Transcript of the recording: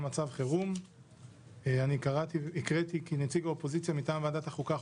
מצב חירום הקראתי כי נציג האופוזיציה מטעם ועדת החוקה,